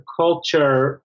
culture